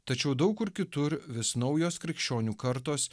tačiau daug kur kitur vis naujos krikščionių kartos